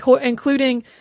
including